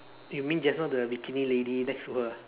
you mean just now the bikini lady next to her ah